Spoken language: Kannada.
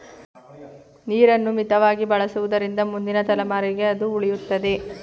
ನೀರನ್ನು ಮಿತವಾಗಿ ಬಳಸುವುದರಿಂದ ಮುಂದಿನ ತಲೆಮಾರಿಗೆ ಅದು ಉಳಿಯುತ್ತದೆ